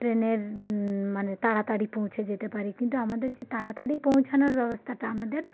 ট্রেনের মানে তাড়াতাড়ি পৌঁছে যেতে পারি কিন্তু আমাদের যে তাড়াতাড়ি পৌঁছানোর ব্যবস্থাটা আমাদের